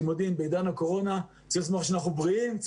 בעידן הקורונה צריך לשמוח שאנחנו בריאים,